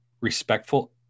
respectful